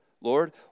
Lord